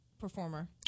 performer